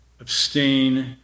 abstain